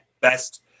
best